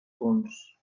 punts